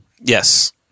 Yes